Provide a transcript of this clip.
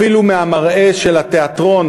אפילו מהמראה של התיאטרון